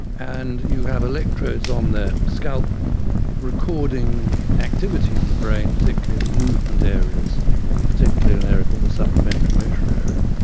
and you have electrodes on their scalp recording activity in the brain, particularly in the movement areas and particularly an area called the supplementary motor area.